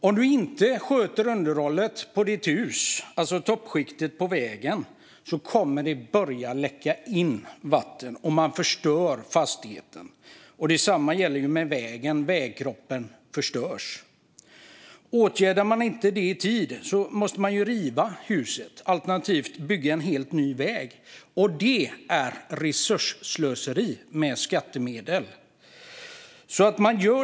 Om man inte sköter underhållet på huset, alltså toppskiktet på vägen, kommer det att börja läcka in vatten så att fastigheten förstörs. Detsamma gäller vägen, att vägkroppen förstörs. Om man inte åtgärdar detta i tid måste man riva huset, alternativt bygga en helt ny väg. Det är slöseri med resurser och skattemedel.